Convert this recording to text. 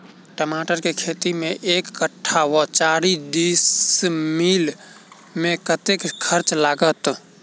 टमाटर केँ खेती मे एक कट्ठा वा चारि डीसमील मे कतेक खर्च लागत?